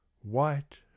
white